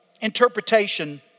interpretation